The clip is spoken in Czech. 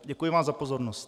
Děkuji vám za pozornost.